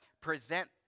present